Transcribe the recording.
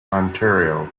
ontario